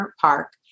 Park